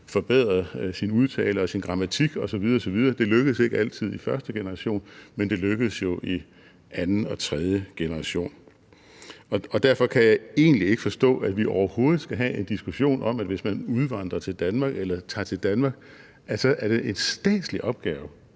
forbedret sin udtale og sin grammatik osv. osv. Det lykkes ikke altid i første generation, men det lykkedes jo i anden og tredje generation. Derfor kan jeg egentlig ikke forstå, at vi overhovedet skal have en diskussion om, at hvis man udvandrer til Danmark eller tager til Danmark, er det en statslig opgave